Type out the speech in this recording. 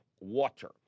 water